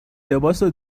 لباسو